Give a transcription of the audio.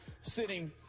sitting